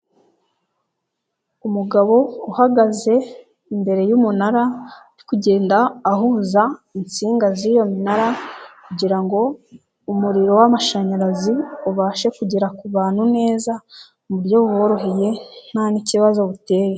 Umugabo uhagaze imbere y'umunara ari kugenda ahuza insinga z'iyo minara kugira ngo umuriro w'amashanyarazi ubashe kugera ku bantu neza mu buryo boboroheye nta n'ikibazo biteye.